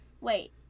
wait